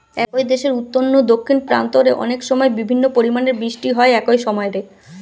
একই দেশের উত্তর নু দক্ষিণ প্রান্ত রে অনেকসময় বিভিন্ন পরিমাণের বৃষ্টি হয় একই সময় রে